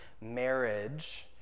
marriage